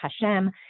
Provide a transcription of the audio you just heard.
Hashem